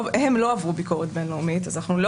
הם לא עברו ביקורת בין-לאומית אז אנחנו לא